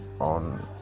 on